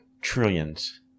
trillions